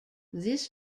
this